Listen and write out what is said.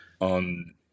on